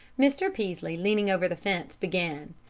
mr. peaslee, leaning over the fence, began.